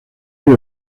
río